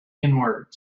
inwards